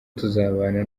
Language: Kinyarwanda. tuzabana